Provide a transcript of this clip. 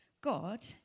God